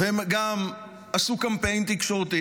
והם גם עשו קמפיין תקשורתי